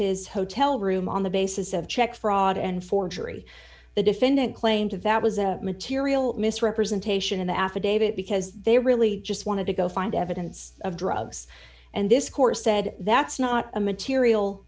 his hotel room on the basis of check fraud and forgery the defendant claimed to that was a material misrepresentation in the affidavit because they really just wanted to go find evidence of drugs and this court said that's not a material